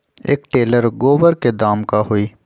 एक टेलर गोबर के दाम का होई?